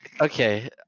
okay